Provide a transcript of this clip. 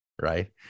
Right